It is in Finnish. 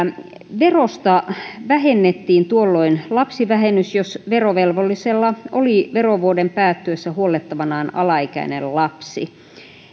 verosta vähennettiin tuolloin lapsivähennys jos verovelvollisella oli verovuoden päättyessä huollettavanaan alaikäinen lapsi